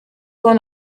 sont